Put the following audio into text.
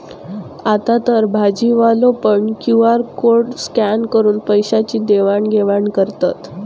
आतातर भाजीवाले पण क्यु.आर कोड स्कॅन करून पैशाची देवाण घेवाण करतत